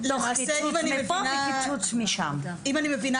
אם אני מבינה